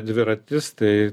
dviratis tai